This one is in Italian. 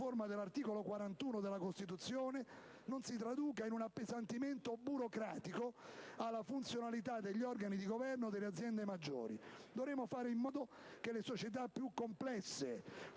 la riforma dell'articolo 41 della Costituzione, in un appesantimento burocratico alla funzionalità degli organi di governo delle aziende maggiori. Dovremo fare in modo che le società più complesse,